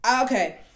okay